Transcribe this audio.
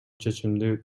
чечимди